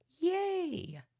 yay